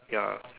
ya